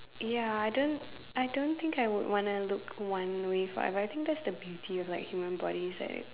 ya I don't I don't think I would want to look one way forever I think that's the beauty of like human body it's like